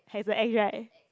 has a ex right